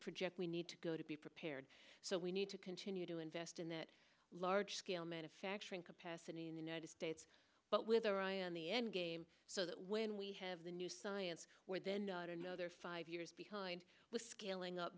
project we need to go to be prepared so we need to continue to invest in that large scale manufacturing capacity in the united states but with our eye on the end game so that when we have the new science where then another five years behind with scaling up